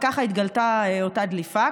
וכך התגלתה אותה דליפה,